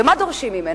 ומה דורשים ממנה?